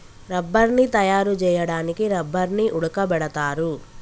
రబ్బర్ని తయారు చేయడానికి రబ్బర్ని ఉడకబెడతారు